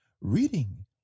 Reading